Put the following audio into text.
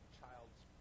child's